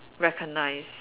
recognise